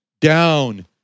down